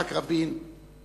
יצחק רבין האיש,